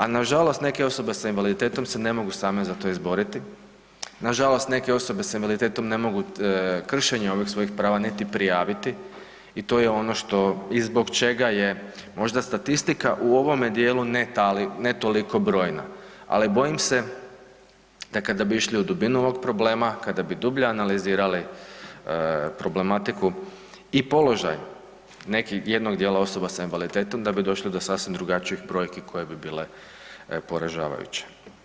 A nažalost neke osobe s invaliditetom se ne mogu same za to izboriti, nažalost neke osobe s invaliditetom ne mogu kršenje ovih svojih prava niti prijaviti i to je ono i zbog čega je možda statistika u ovome dijelu ne toliko brojna, ali bojim se da kada bi išli u dubinu ovog problema, kada bi dublje analizirali problematiku i položaj jednog dijela osoba s invaliditetom da bi došli do sasvim drugačijih brojki koje bi bile poražavajuće.